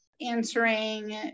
answering